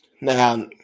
Now